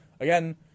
again